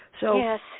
Yes